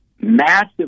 massive